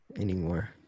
anymore